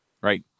right